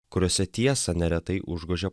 kuriose tiesą neretai užgožia